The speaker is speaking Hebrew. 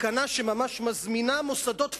תקנה שממש מזמינה מוסדות פיקטיביים.